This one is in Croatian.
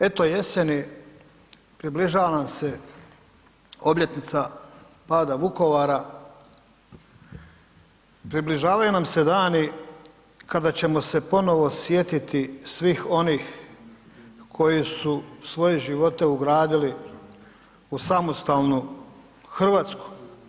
Eto jeseni, približava nam se obljetnica pada Vukovara, približavaju nam se dani kada ćemo se ponovno sjetiti svih onih koji su svoje živote ugradili u samostalnu Hrvatsku.